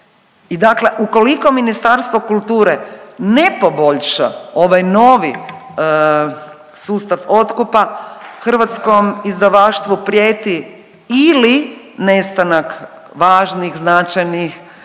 dakle ukoliko Ministarstvo kulture ne poboljša ovaj novi sustav otkupa, hrvatskom izdavaštvu prijeti ili nestanak važnih, značajnih,